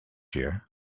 year